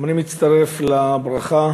גם אני מצטרף לברכה